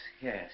yes